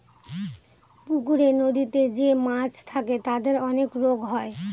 পুকুরে, নদীতে যে মাছ থাকে তাদের অনেক রোগ হয়